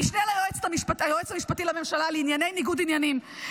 המשנה ליועץ המשפטי לממשלה לענייני ניגוד עניינים,